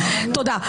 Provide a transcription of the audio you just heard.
תודה.